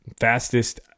fastest